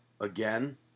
again